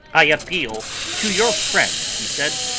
i appeal to your friends, he said,